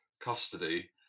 custody